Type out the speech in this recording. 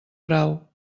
grau